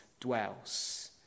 dwells